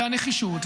והנחישות,